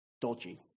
dodgy